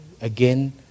Again